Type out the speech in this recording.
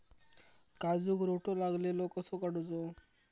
काजूक रोटो लागलेलो कसो काडूचो?